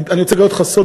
אני רוצה לגלות לך סוד,